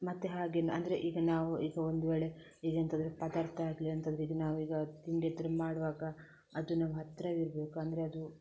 ಮತ್ತೆ ಹಾಗೆ ಅಂದರೆ ಈಗ ನಾವು ಈಗ ಒಂದು ವೇಳೆ ಈಗೆಂಥದಾದರೂ ಪದಾರ್ಥ ಆಗಲಿ ಎಂಥದರೂ ಇದು ನಾವೀಗ ತಿಂಡಿ ಎಂಥದರೂ ಮಾಡುವಾಗ ಅದು ನಮ್ಮ ಹತ್ತಿರವೇ ಇರಬೇಕು ಅಂದರೆ ಅದು